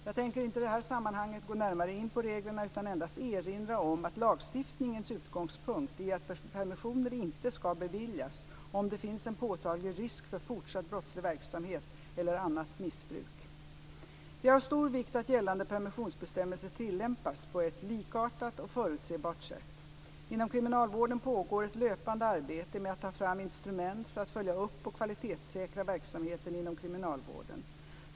Jag tänker inte i det här sammanhanget gå närmare in på reglerna utan endast erinra om att lagstiftningens utgångspunkt är att permissioner inte ska beviljas om det finns en påtaglig risk för fortsatt brottslig verksamhet eller annat missbruk. Det är av stor vikt att gällande permissionsbestämmelser tillämpas på ett likartat och förutsebart sätt. Inom kriminalvården pågår ett löpande arbete med att ta fram instrument för att följa upp och kvalitetssäkra verksamheten inom kriminalvården.